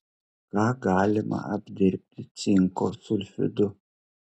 ką galima apdirbti cinko sulfidu